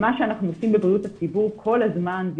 מה שאנחנו עושים בבריאות הציבור כל הזמן זה